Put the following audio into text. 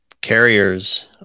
carriers